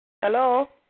Hello